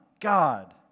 God